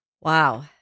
Wow